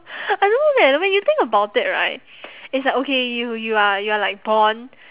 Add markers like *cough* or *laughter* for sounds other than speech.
I don't know leh when you think about it right *noise* it's like okay you you are you are like born